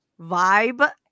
vibe